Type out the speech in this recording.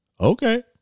Okay